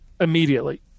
immediately